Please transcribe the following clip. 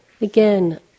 again